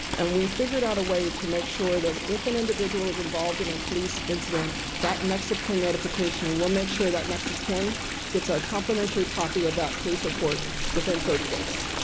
and we figured out a way to make sure that if an individual is involved in a police incident, that next of kin notification we'll make sure that next of kin gets a complimentary copy of that police report within thirty days.